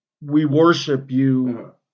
we-worship-you